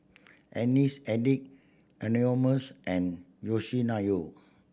Alice Addict Anonymous and Yoshinoya